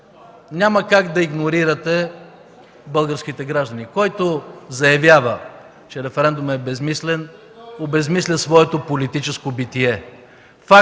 Няма как да игнорирате българските граждани. Който заявява, че референдумът е безсмислен, обезсмисля своето политическо битие.